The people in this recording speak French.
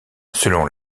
selon